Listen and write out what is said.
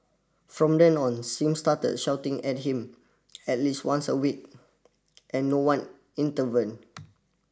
from then on Sim started shouting at him at least once a week and no one